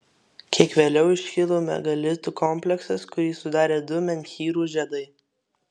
kiek vėliau iškilo megalitų kompleksas kurį sudarė du menhyrų žiedai